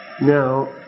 Now